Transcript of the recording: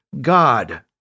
God